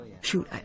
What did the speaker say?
Shoot